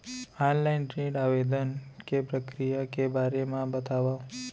Online ऋण आवेदन के प्रक्रिया के बारे म बतावव?